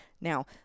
Now